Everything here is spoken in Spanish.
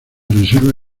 reserva